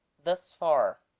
thus far